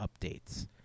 updates